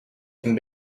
can